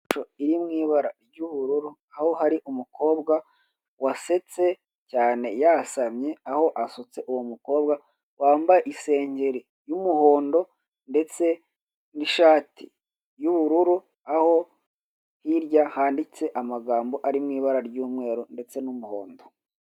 Po, iri mu ibara ry'ubururu, aho hari umukobwa, wasetse cyane yasamye, aho asutse uwo mukobwa, wambaye isengeri y'umuhondo ndetse n'ishati y'ubururu, aho hirya handitse amagambo ari mu ibara ry'umweru ndetse n'umuhondo